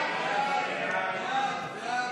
סעיף 2,